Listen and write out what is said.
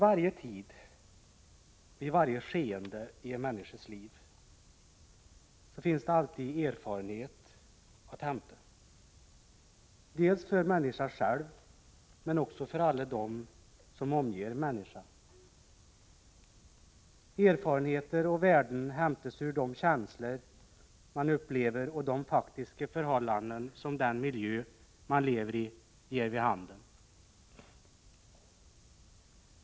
I varje tid, i varje skeende i en människas liv finns alltid erfarenhet att hämta — dels för människan själv men dels också för alla dem som omger människan. Erfarenheter och värden hämtas ur de känslor man upplever och de faktiska förhållanden som den miljö man lever i ger vid handen.